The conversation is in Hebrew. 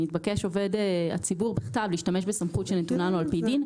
"נתבקש עובד הציבור להשתמש בסמכות שנתונה לו על פי דין,